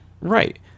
Right